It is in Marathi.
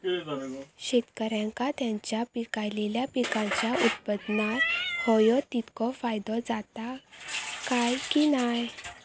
शेतकऱ्यांका त्यांचा पिकयलेल्या पीकांच्या उत्पन्नार होयो तितको फायदो जाता काय की नाय?